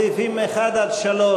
סעיפים 1 עד 3,